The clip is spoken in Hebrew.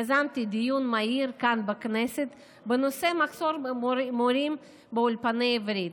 יזמתי דיון מהיר כאן בכנסת בנושא מחסור במורים באולפני עברית.